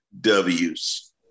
Ws